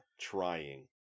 Trying